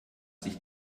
sich